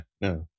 No